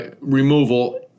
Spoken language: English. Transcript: removal